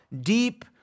Deep